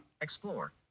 Explore